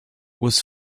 was